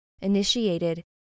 initiated